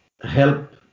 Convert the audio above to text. help